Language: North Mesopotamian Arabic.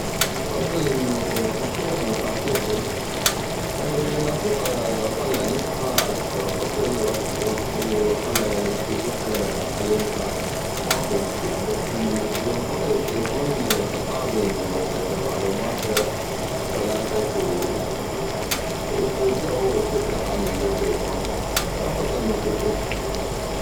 افظل انو تنفقد مفاتيحي لان اطيق اطلع نسخة اكسغ قفل واطلع مفيتيح عليها ماكو مشكلة بس اذا انفقد التلفون صعبي انو ترجع معلوماتك شغلاتك وترجعو هو بشكل عام التلفون فافظل المفيتيح اكثغ.